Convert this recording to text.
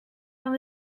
dan